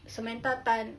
samantha tan